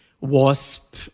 Wasp